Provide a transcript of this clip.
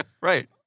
Right